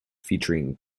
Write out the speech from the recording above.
featuring